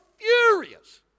furious